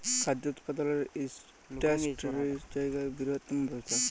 খাদ্য উৎপাদলের ইন্ডাস্টিরি ছব জায়গার বিরহত্তম ব্যবসা